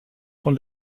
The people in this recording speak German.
von